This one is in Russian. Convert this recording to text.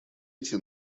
эти